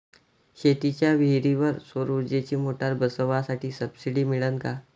शेतीच्या विहीरीवर सौर ऊर्जेची मोटार बसवासाठी सबसीडी मिळन का?